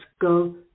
go